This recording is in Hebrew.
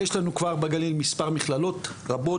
יש לנו כבר בגליל מספר מכללות רבות,